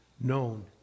known